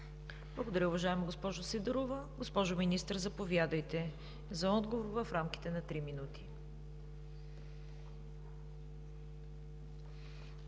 Благодаря, уважаема госпожо Сидорова. Госпожо Министър, заповядайте за отговор в рамките на три минути.